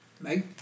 Meg